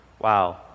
Wow